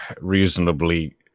reasonably